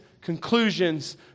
conclusions